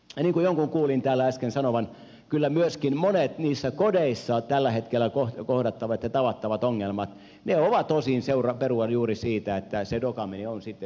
niin kuin jonkun kuulin täällä äsken sanovan kyllä myöskin monet kodeissa tällä hetkellä kohdattavat ja tavattavat ongelmat ovat osin perua juuri siitä että dokaaminen on siirretty sinne